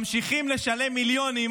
ממשיכים לשלם מיליונים